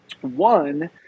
One